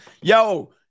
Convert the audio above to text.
Yo